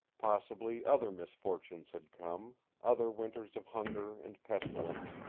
possibly other misfortunes had come, other winters of hunger and pestilence,